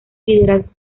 liderazgo